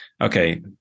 Okay